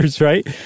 right